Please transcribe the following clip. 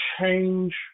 change